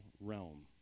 realm